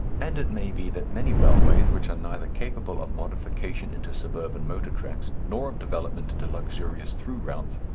and it may be that many railways, which are neither capable of modification into suburban motor tracks, nor of development into luxurious through routes,